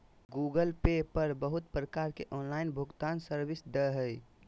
Google Pay पर बहुत प्रकार के ऑनलाइन भुगतान सर्विस दे हय